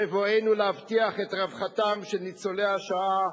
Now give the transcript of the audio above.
בבואנו להבטיח את רווחתם של ניצולי השואה.